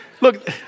look